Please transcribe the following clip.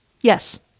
Yes